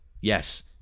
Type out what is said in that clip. yes